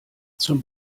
zum